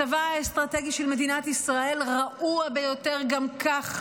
מצבה האסטרטגי של מדינת ישראל רעוע ביותר גם כך.